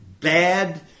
bad